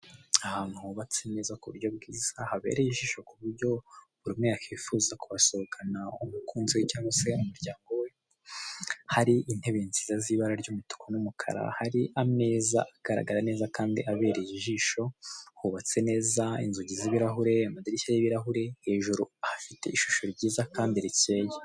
Ahantu hubatse neza ku buryo bwiza habereye ijisho ku buryo, buri umwe yakwifuza kubasohokana umukunzi we cyangwa se umuryango we, hari intebe nziza z'ibara ry'umutuku n'umukara, hari ameza agaragara neza kandi abereye ijisho, hubatse neza inzugi z'ibirahure, amadirishya y'ibirahuri, hejuru hafite ishusho ryiza kandi rikeye.